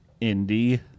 Indy